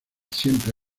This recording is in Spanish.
siempre